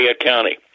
County